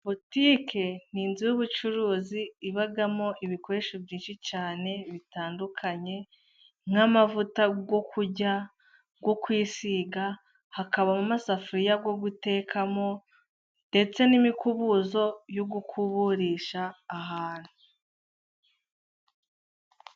Butiki ni inzu y’ubucuruzi ibamo ibikoresho byinshi cyane bitandukanye, nk’amavuta yo kurya, yo kwisiga, hakabamo amasafuriya yo gutekamo, ndetse n’imikubuzo yo gukuburisha ahantu.